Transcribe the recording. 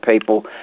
people